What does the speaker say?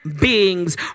beings